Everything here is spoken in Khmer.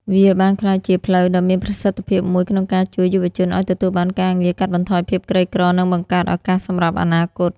វាបានក្លាយជាផ្លូវដ៏មានប្រសិទ្ធភាពមួយក្នុងការជួយយុវជនឱ្យទទួលបានការងារ កាត់បន្ថយភាពក្រីក្រ និងបង្កើតឱកាសសម្រាប់អនាគត។